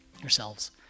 yourselves